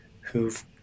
who've